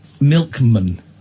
Milkman